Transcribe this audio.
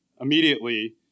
immediately